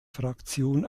fraktion